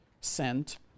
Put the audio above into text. sent